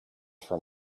from